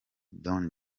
don